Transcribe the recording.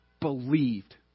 believed